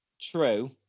True